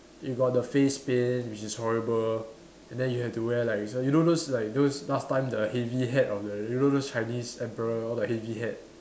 you got the face paint which is horrible and then you have to wear like you know those like those last time the heavy hat on the you know those Chinese emperor all the heavy hat